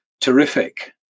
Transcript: terrific